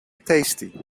tasty